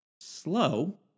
Slow